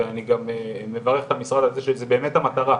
ואני מברך את המשרד על זה שזו באמת המטרה.